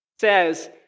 says